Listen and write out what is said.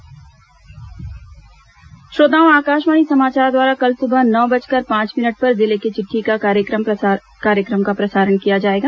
जिले की चिट्ठी श्रोताओं आकाशवाणी समाचार द्वारा कल सुबह नौ बजकर पांच मिनट पर जिले की चिट्ठी कार्यक्रम का प्रसारण किया जाएगा